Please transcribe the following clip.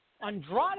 Andrade